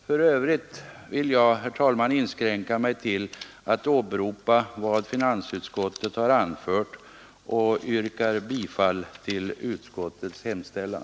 För övrigt vill jag, herr talman, inskränka mig till att åberopa vad finansutskottet har anfört och yrkar bifall till utskottets hemställan.